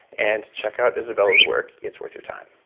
and check out izabella's work. it's worth your time